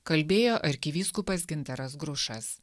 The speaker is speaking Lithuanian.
kalbėjo arkivyskupas gintaras grušas